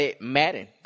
Madden